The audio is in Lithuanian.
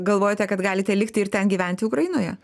galvojate kad galite likti ir ten gyventi ukrainoje